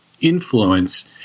influence